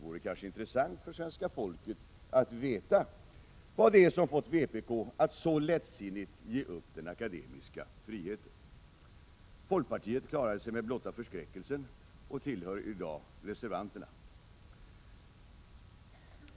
Det vore intressant för svenska folket att få veta vad som fått vpk att så lättsinnigt ge upp den akademiska friheten. Folkpartiet klarade sig med blotta förskräckelsen och tillhör i dag reservanterna.